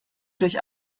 durch